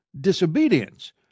disobedience